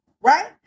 Right